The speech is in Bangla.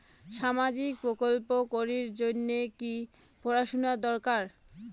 সামাজিক প্রকল্প করির জন্যে কি পড়াশুনা দরকার?